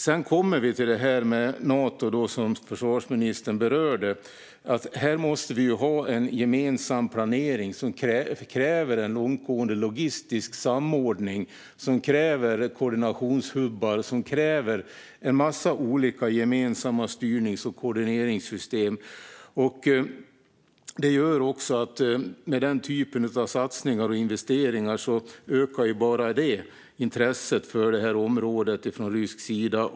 Sedan kommer vi till Nato, som försvarsministern berörde. Här måste vi ha en gemensam planering som kräver långtgående logistisk samordning, som kräver koordinationshubbar och som kräver en massa olika gemensamma styrnings och koordineringssystem. Med den typen av satsningar och investeringar ökar intresset för detta område från rysk sida.